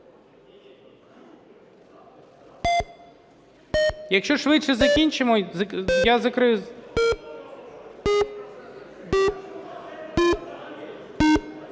Якщо швидше закінчимо, я закрию…